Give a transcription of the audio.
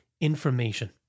information